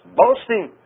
boasting